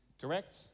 Correct